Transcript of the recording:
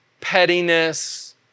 pettiness